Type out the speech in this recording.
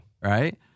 Right